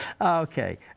Okay